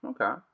Okay